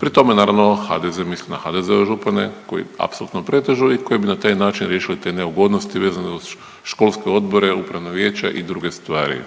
Pri tome naravno HDZ misli na HDZ-ove župane koji apsolutno pretežu i koji bi na taj način riješili te neugodnosti vezane uz školske odbore, upravna vijeća i druge stvari.